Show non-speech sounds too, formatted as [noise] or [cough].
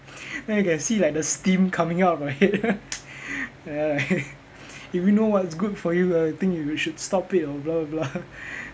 then you can see like the steam coming out of the head [laughs] if you know what's good for you I think you should stop it or blah blah blah